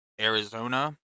Arizona